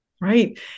Right